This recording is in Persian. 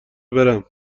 برم